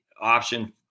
option